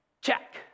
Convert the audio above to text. check